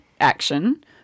action